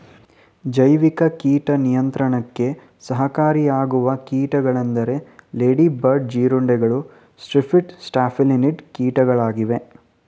ಜೈವಿಕ ಕೀಟ ನಿಯಂತ್ರಣಕ್ಕೆ ಸಹಕಾರಿಯಾಗುವ ಕೀಟಗಳೆಂದರೆ ಲೇಡಿ ಬರ್ಡ್ ಜೀರುಂಡೆಗಳು, ಸಿರ್ಪಿಡ್, ಸ್ಟ್ಯಾಫಿಲಿನಿಡ್ ಕೀಟಗಳಾಗಿವೆ